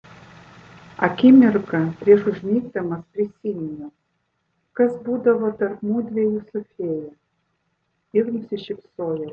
akimirką prieš užmigdamas prisiminiau kas būdavo tarp mudviejų su fėja ir nusišypsojau